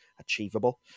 achievable